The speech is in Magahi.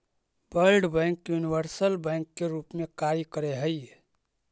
वर्ल्ड बैंक यूनिवर्सल बैंक के रूप में कार्य करऽ हइ